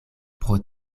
pro